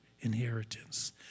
inheritance